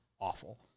awful